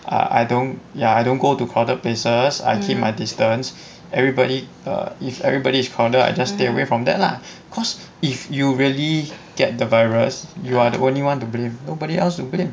I I don't ya I don't go to crowded places I keep my distance everybody err if everybody is crowded I just stay away from there lah cause if you really get the virus you are the only one to blame nobody else to blame